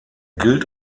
gilt